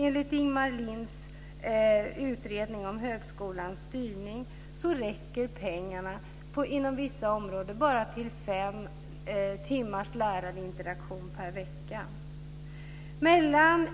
Enligt Ingmar Linds utredning om högskolans styrning räcker pengarna inom vissa områden bara till fem timmars lärarinteraktion per vecka. Mellan